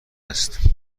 است